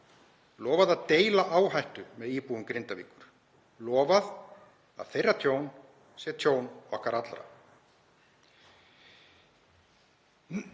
lofað að deila áhættu með íbúum Grindavíkur, lofað að þeirra tjón sé tjón okkar allra.